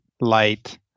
light